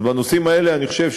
אז בנושאים האלה אני חושב,